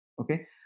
Okay